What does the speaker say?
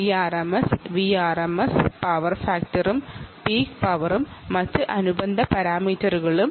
Irms Vrms power ഫാക്ടറും peak പവറും